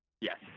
Yes